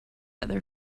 other